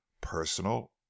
Personal